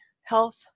health